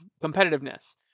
competitiveness